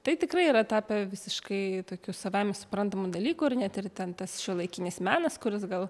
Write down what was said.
tai tikrai yra tapę visiškai tokiu savaime suprantamu dalyku ir net ir ten tas šiuolaikinis menas kuris gal